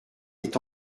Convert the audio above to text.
est